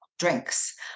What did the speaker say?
Drinks